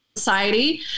Society